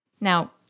Now